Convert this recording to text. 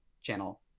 channel